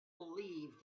believed